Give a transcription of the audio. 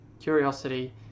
curiosity